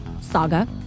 saga